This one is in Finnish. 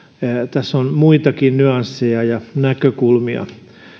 tässä on muitakin nyansseja ja näkökulmia